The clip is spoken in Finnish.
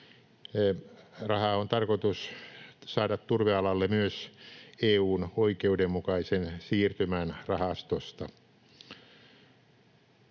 Rahaa on tarkoitus saada turvealalle myös EU:n oikeudenmukaisen siirtymän rahastosta.